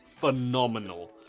phenomenal